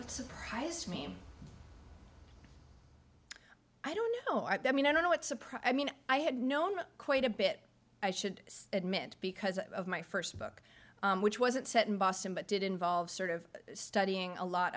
with surprised me i don't know i mean i don't know what surprised me and i had known quite a bit i should admit because of my first book which wasn't set in boston but did involve sort of studying a lot